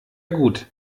gut